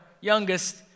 youngest